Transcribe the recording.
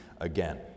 again